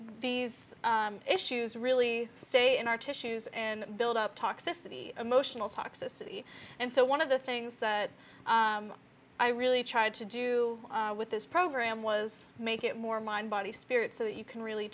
these issues really say in our tissues and build up toxicity emotional toxicity and so one of the things that i really tried to do with this program was make it more mind body spirit so that you can really